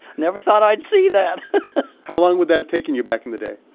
never thought i'd see that how long would that have taken you back in the day?